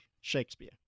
Shakespeare